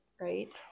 right